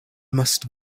must